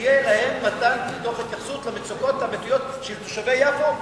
שתהיה להם התייחסות למצוקות האמיתיות של תושבי יפו,